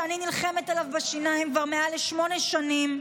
שאני נלחמת עליו בשיניים כבר מעל לשמונה שנים,